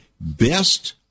best